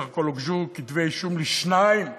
בסך הכול הוגשו כתבי-אישום לשניים,